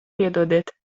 piedodiet